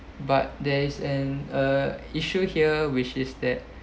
but there is an uh issue here which is that